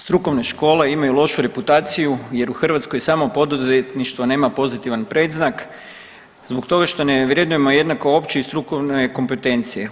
Strukovne škole imaju lošu reputaciju jer u Hrvatskoj samo poduzetništvo nema pozitivan predznak zbog toga što ne vrednujemo jednako opće i strukovne kompetencije.